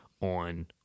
on